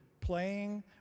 playing